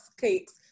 cakes